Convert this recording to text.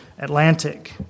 Atlantic